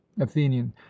athenian